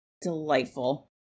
delightful